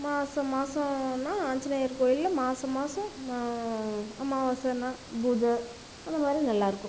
மாத மாதன்னா ஆஞ்சநேயர் கோயிலில் மாத மாதம் அமாவாசைன்னால் பூஜை அந்த மாதிரி நல்லாயிருக்கும்